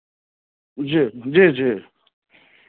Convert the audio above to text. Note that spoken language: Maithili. जी जी जी